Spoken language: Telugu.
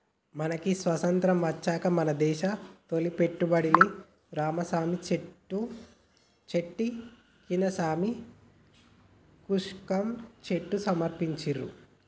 మనకి స్వతంత్రం వచ్చాక మన దేశ తొలి బడ్జెట్ను రామసామి చెట్టి కందసామి షణ్ముఖం చెట్టి సమర్పించిండ్రు